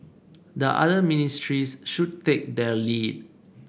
the other ministries should take their lead